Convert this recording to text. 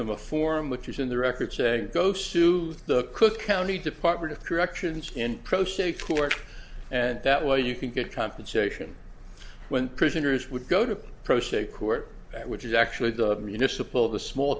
them a form which is in the record saying go sue the cook county department of corrections in pro se court and that way you can get compensation when prisoners would go to proceed court which is actually the municipal of the small